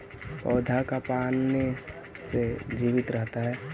पौधा का पाने से जीवित रहता है?